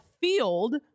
field